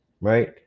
Right